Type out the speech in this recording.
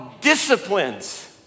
disciplines